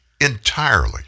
entirely